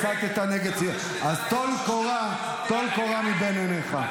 הסתָּ נגד, אז טול קורה מבין עיניך.